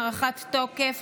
הארכת תוקף),